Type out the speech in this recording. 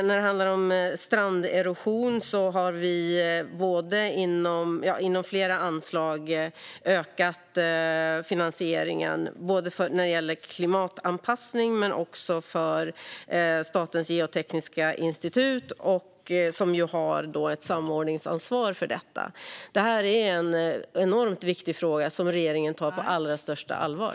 När det handlar om stranderosion har vi inom flera anslag ökat finansieringen för klimatanpassning men också för Statens geotekniska institut, som har ett samordningsansvar för detta. Det här är en enormt viktig fråga som regeringen tar på allra största allvar.